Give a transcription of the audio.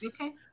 okay